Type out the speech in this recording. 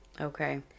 Okay